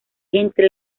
entre